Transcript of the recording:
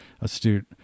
astute